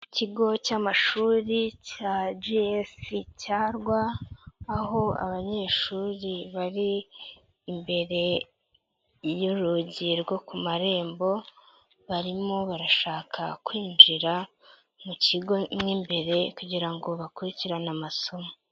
Ikigo cy'amashuri cya G.S Cyarwa, aho abanyeshuri bari imbere y'urugi rwo ku marembo, barimo barashaka kwinjira mu kigo mo imbere kugira ngo bakurikirane amasomo.